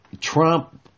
Trump